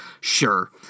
Sure